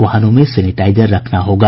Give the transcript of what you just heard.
वाहनों में सेनेटाइजर रखना होगा